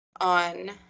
on